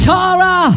Tara